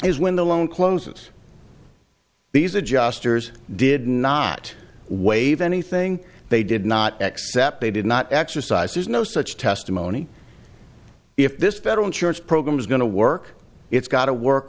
is when the loan closes these adjusters did not waive anything they did not accept they did not exercise there's no such testimony if this federal insurance program is going to work it's got to work